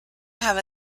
have